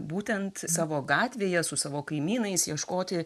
būtent savo gatvėje su savo kaimynais ieškoti